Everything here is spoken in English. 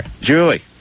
Julie